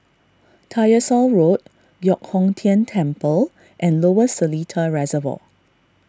Tyersall Road Giok Hong Tian Temple and Lower Seletar Reservoir